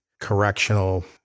Correctional